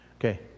Okay